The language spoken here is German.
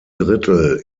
drittel